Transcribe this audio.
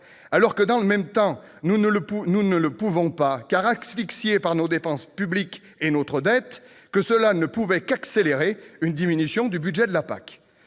alors que, dans le même temps, nous ne le pouvons pas, asphyxiés que nous sommes par nos dépenses publiques et notre dette, cela ne peut qu'accélérer une diminution du budget de la PAC